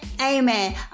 Amen